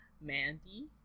Mandy